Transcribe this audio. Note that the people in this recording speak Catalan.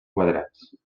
quadrats